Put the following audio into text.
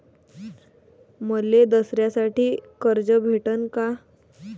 मले दसऱ्यासाठी कर्ज भेटन का?